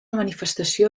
manifestació